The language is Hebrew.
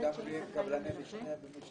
קבלני משנה ותתי